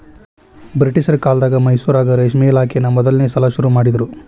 ಬ್ರಿಟಿಷರ ಕಾಲ್ದಗ ಮೈಸೂರಾಗ ರೇಷ್ಮೆ ಇಲಾಖೆನಾ ಮೊದಲ್ನೇ ಸಲಾ ಶುರು ಮಾಡಿದ್ರು